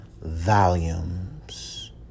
volumes